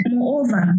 Moreover